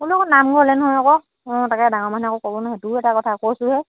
হ'লেওনো নামঘৰলৈ নহয় অকৌ অঁ তাকে ডাঙৰ মানুহে আকৌ ক'ব নহয় সেইটো এটা কথা কৈছোঁ হে